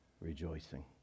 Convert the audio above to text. rejoicing